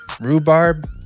Rhubarb